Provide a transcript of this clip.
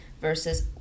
versus